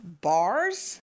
bars